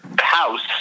house